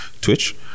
Twitch